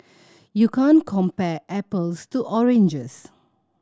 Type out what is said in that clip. you can't compare apples to oranges